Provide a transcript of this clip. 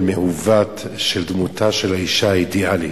מעוות של דמותה של האשה האידיאלית,